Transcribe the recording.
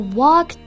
walk